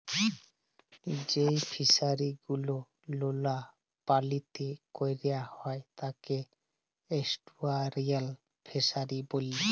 যেই ফিশারি গুলো লোলা পালিতে ক্যরা হ্যয় তাকে এস্টুয়ারই ফিসারী ব্যলে